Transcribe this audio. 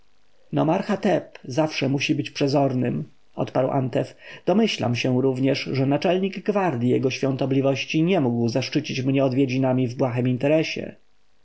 mówić nomarcha teb zawsze musi być przezornym odparł antef domyślam się również że naczelnik gwardji jego świątobliwości nie mógł zaszczycić mnie odwiedzinami w błahym interesie